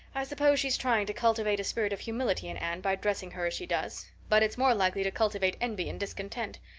i suppose she's trying to cultivate a spirit of humility in anne by dressing her as she does but it's more likely to cultivate envy and discontent.